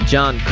John